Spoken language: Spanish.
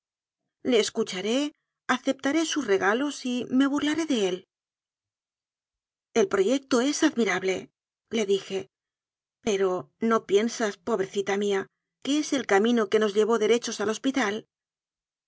le escucharé aceptaré sus regalos y me burlaré de él el proyecto es admirablele dije pero no piensas pobrecita mía que es el camino que nos llevó derechos al hospital